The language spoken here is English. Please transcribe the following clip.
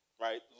right